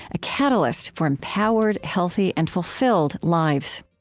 a catalyst for empowered, healthy, and fulfilled lives